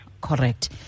Correct